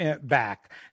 back